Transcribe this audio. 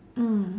mm